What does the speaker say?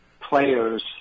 players